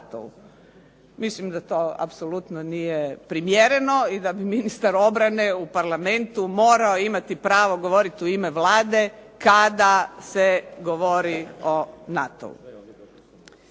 Mislim da to apsolutno nije primjereno i da ministar obrane u Parlamentu morao imati pravo govoriti u ime Vlade kada se govori o NATO-u.